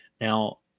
Now